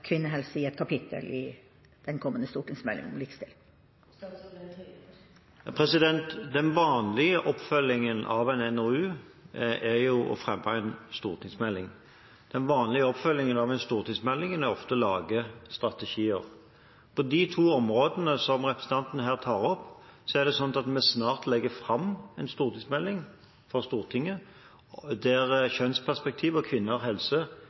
kvinnehelse i et kapittel i den kommende stortingsmeldinga om likestilling? Den vanlige oppfølgingen av en NOU er å fremme en stortingsmelding. Den vanlige oppfølgingen av en stortingsmelding er ofte å lage strategier. På de to områdene som representanten Knutsen tar opp, legger vi snart fram en stortingsmelding for Stortinget der kjønnsperspektivet og kvinner og helse